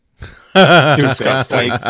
disgusting